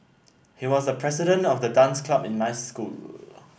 he was the president of the dance club in my school